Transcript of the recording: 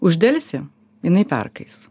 uždelsi jinai perkais